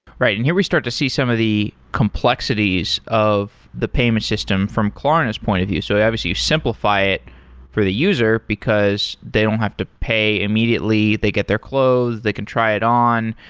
right. and here we start to see some of the complexities of the payment system from klarna's point of view. so obviously you simplify it for the user, because they don't have to pay immediately. they get their clothes. they can try it on.